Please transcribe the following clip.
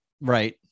Right